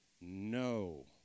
no